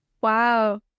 wow